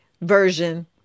version